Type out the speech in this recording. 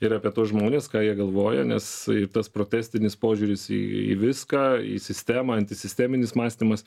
ir apie tuos žmones ką jie galvoja nes ir tas protestinis požiūris į viską į sistemą antisisteminis mąstymas